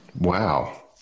Wow